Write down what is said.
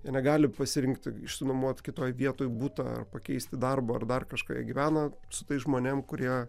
jie negali pasirinkti išsinuomoti kitoj vietoj butą ar pakeisti darbą ar dar kažką jie gyvena su tais žmonėm kurie